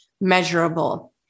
measurable